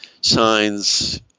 signs